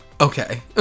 okay